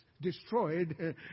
destroyed